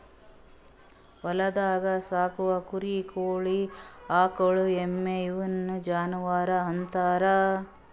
ಹೊಲ್ದಾಗ್ ಸಾಕೋ ಕುರಿ ಕೋಳಿ ಆಕುಳ್ ಎಮ್ಮಿ ಇವುನ್ ಜಾನುವರ್ ಅಂತಾರ್